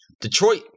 Detroit